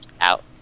Out